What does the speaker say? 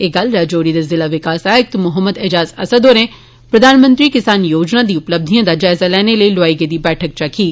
एह् गल्ल राजौरी दे जिला विकास आयुक्त मोहम्मद ऐजाज़ असद होरें प्रधानमंत्री किसान योजना दी उपलब्धिएं दा जायजा लैने लेई लोआई गेदी बैठक च आक्खी